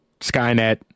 Skynet